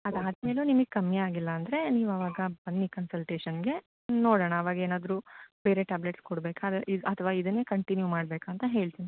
ಅದು ಆದ್ಮೇಲೂ ನಿಮಿಗೆ ಕಮ್ಮಿಯಾಗಿಲ್ಲಾಂದರೆ ನೀವು ಆವಾಗ ಬನ್ನಿ ಕನ್ಸಲ್ಟೇಶನ್ಗೆ ನೋಡೋಣ ಅವಾಗೇನಾದ್ರೂ ಬೇರೆ ಟ್ಯಾಬ್ಲೆಟ್ಸ್ ಕೊಡಬೇಕಾ ಅದು ಅಥ್ವಾ ಇದನ್ನೇ ಕಂಟಿನ್ಯೂ ಮಾಡಬೇಕಾಂತ ಹೇಳ್ತೀನಿ